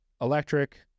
electric